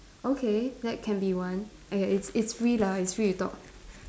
okay that can be one uh ya it's it's free lah it's free to talk